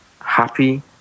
happy